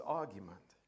argument